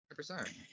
100%